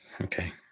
Okay